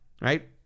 right